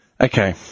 Okay